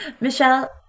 Michelle